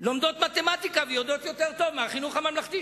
לומדות מתמטיקה ויודעות יותר טוב מבחינוך הממלכתי,